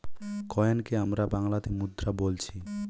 কয়েনকে আমরা বাংলাতে মুদ্রা বোলছি